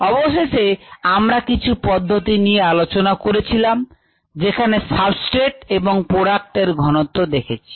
অবশেষে আমরা কিছু পদ্ধতি নিয়ে আলোচনা করেছিলাম যেখানে সাবস্ট্রেট এবং প্রোডাক্ট এর ঘনত্ব দেখেছি